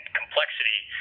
complexity